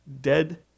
dead